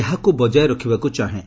ଏହାକୁ ବଜାୟ ରଖିବାକୁ ଚାହେଁ